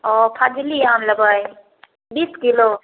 ओ फजली आम लेबै बीस किलो